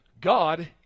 God